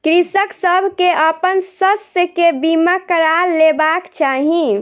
कृषक सभ के अपन शस्य के बीमा करा लेबाक चाही